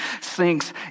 sinks